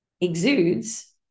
exudes